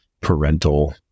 parental